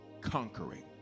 conquering